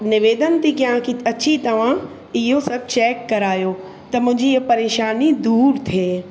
निवेदन थी कयां की अची तव्हां इहो सभु चैक करायो त मुंहिंजी हीअ परेशानी दूरि थिए